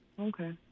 okay